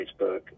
Facebook